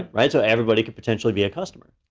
right, so everybody could potentially be a customer.